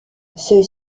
ceux